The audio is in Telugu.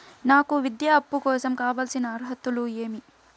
నాకు విద్యా అప్పు కోసం కావాల్సిన అర్హతలు ఏమి?